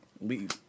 leave